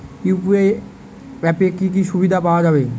UPI অ্যাপে কি কি সুবিধা পাওয়া যাবে?